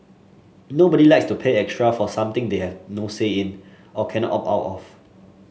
nobody likes to pay extra for something they have no say in or cannot opt out of